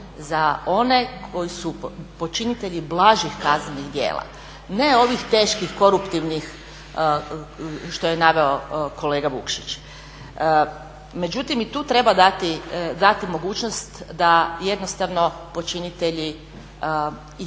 za one koji su počinitelji blažih kazni i djela, ne ovih teških koruptivnih što je naveo kolega Vukšić. Međutim i tu treba dati mogućnost da jednostavno počinitelji i